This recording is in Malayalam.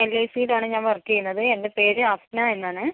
എൽ ഐ സിയിൽ ആണ് ഞാൻ വർക്ക് ചെയ്യുന്നത് എൻ്റെ പേര് അഫ്ന എന്ന് ആണ്